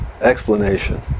explanation